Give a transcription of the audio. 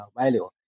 value